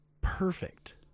perfect